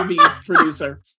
producer